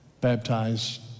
baptized